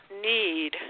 need